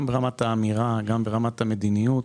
גם ברמת האמירה וגם ברמת המדיניות,